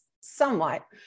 somewhat